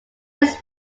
his